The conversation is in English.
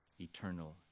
eternal